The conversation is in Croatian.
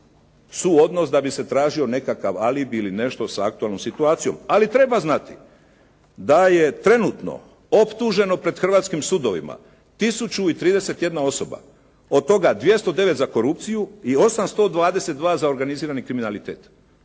suodnos da bi se tražio nekakav alibi ili nešto sa aktualnom situacijom. Ali treba znati da je trenutno optuženo pred hrvatskim sudovima tisuću i 31 osoba. Od toga 209 za korupciju i 882 za organizirani kriminalitet.